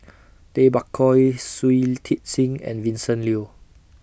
Tay Bak Koi Shui Tit Sing and Vincent Leow